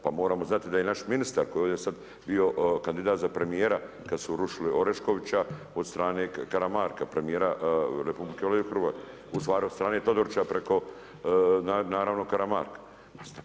Pa moramo znati da je i naš ministar koji je ovdje sad bio kandidat za premijera kad su rušili Oreškovića od strane Karamarka, premijera u stvari od strane Todorića preko naravno Karamarka.